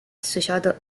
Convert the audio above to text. associato